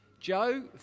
Joe